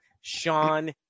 Sean